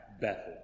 Bethel